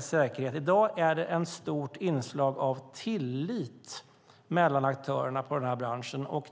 säkerheten. I dag finns ett stort inslag av tillit mellan aktörerna i den här branschen.